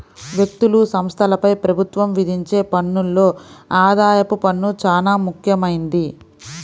వ్యక్తులు, సంస్థలపై ప్రభుత్వం విధించే పన్నుల్లో ఆదాయపు పన్ను చానా ముఖ్యమైంది